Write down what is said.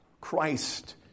Christ